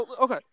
Okay